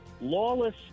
lawless